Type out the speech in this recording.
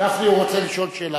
גפני, הוא רוצה לשאול שאלה.